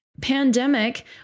pandemic